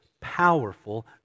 powerful